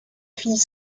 fille